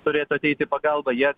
turėtų ateit į pagalbą jie